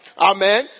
Amen